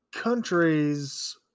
Countries